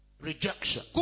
Rejection